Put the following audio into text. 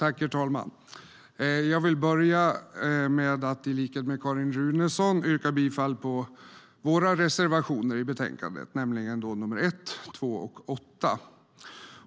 Herr talman! Jag vill börja med att i likhet med Carin Runeson yrka bifall till våra reservationer i betänkandet, nämligen nr 1, 2 och 8.